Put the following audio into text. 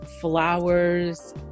flowers